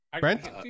Brent